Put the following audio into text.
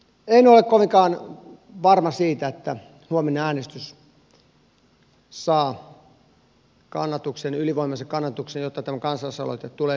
en ole kovinkaan varma siitä että huominen äänestys saa kannatuksen ylivoimaisen kannatuksen jotta tämä kansalais aloite tulee hyväksytyksi